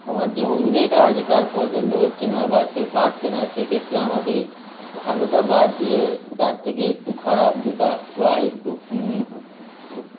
আমার যে অভিনেতা আছে তার পছন্দ হচ্ছে না বা সে পারছে না সেক্ষেত্রে আমাকে ভালোটা বাদ দিয়ে তার থেকে একটু খারাপ যেটা বা একটু